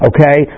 Okay